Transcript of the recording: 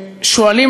שלנו,